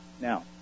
Now